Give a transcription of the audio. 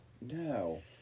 No